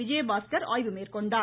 விஜயபாஸ்கர் ஆய்வு மேற்கொண்டார்